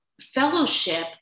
fellowship